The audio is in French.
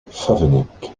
favennec